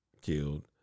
killed